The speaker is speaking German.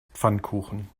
pfannkuchen